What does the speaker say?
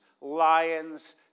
lions